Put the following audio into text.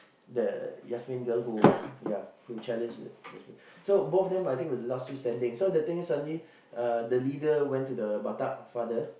the Yasmin girl who yeah who challenged the lesbian so both of them I think were the last two standing then so the thing was suddenly uh the leader went to the batak father